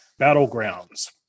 Battlegrounds